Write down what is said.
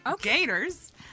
Gators